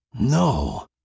No